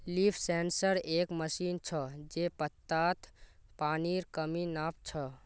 leaf sensor एक machine छ जे पत्तात पानीर कमी नाप छ